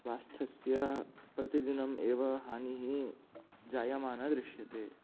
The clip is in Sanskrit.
स्वास्थस्य प्रतिदिनमेव हानिः जायमाना दृश्यते